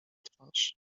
twarz